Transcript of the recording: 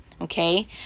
Okay